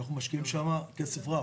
אנחנו משקיעים כסף רב.